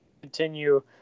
continue